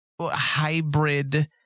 hybrid